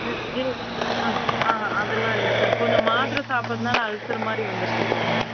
இல்லை அதெல்லான் இல்லை சார் கொஞ்சம் மாத்திரை சாப்பிடறதுனால அல்சர் மாதிரி வந்துடுது சார் அதுதான்